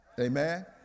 Amen